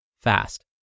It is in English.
fast